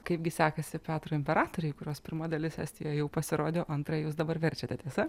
kaipgi sekasi petro imperatorei kurios pirma dalis estijoj jau pasirodė o antrą jūs dabar verčiate tiesa